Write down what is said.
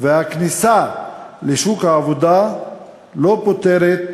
והכניסה לשוק העבודה לא פותרת